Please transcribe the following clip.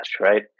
right